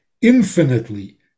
infinitely